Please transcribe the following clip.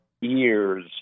years